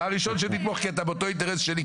אתה תתמוך כי אתה באותו אינטרס שלי.